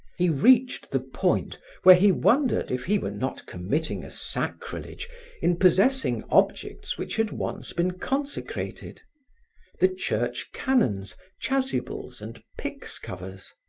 he reached the point where he wondered if he were not committing a sacrilege in possessing objects which had once been consecrated the church canons, chasubles and pyx covers.